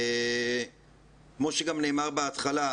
כמו שגם נאמר בהתחלה,